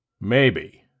Maybe